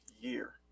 year